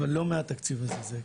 אבל לא מהתקציב הזה.